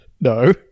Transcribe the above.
No